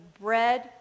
bread